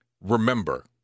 Remember